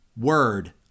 Word